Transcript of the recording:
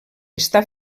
està